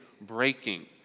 breaking